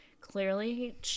clearly